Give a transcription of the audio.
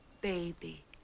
baby